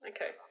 Okay